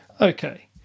Okay